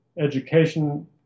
education